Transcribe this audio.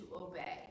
obey